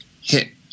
hit